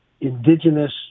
indigenous